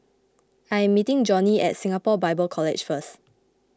I am meeting Johney at Singapore Bible College first